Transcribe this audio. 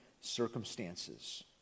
circumstances